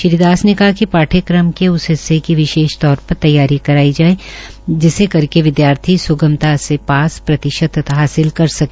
श्री दास ने कहा कि पाठयक्रम के उप हिस्से की विशेष तौर पर तैयारी कराई जाये जिसे करके विद्यार्थी स्मगता से पास प्रतिशतता हासिल कर सके